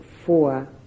four